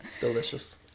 Delicious